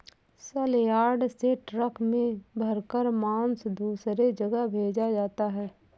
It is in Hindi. सलयार्ड से ट्रक में भरकर मांस दूसरे जगह भेजा जाता है